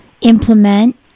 implement